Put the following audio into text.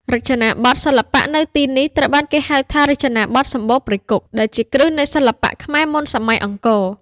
រចនាបថសិល្បៈនៅទីនេះត្រូវបានគេហៅថា "រចនាបថសំបូរព្រៃគុក" ដែលជាគ្រឹះនៃសិល្បៈខ្មែរមុនសម័យអង្គរ។